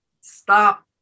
stop